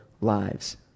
lives